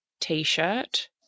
T-shirt